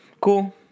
Cool